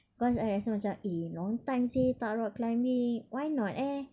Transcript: cause I rasa macam eh long time seh tak rock climbing why not eh